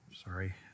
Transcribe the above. Sorry